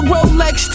Rolex